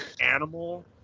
animal